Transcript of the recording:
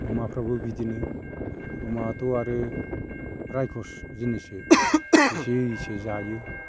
अमाफ्राबो बिदिनो अमायाथ' आरो रायखस जिनिससो जेसे होयो इसे जायो